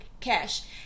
Cash